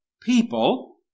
people